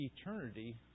eternity